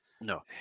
no